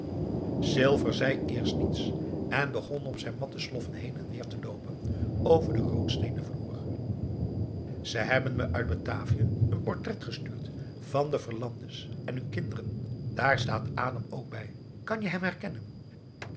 silver zei eerst niets en begon op zijn matten sloffen heen en weer te loopen over den roodsteenen vloer ze hebben me uit batavia een portret gestuurd van de verlandes en hun kinderen daar staat adam ook bij kan je hem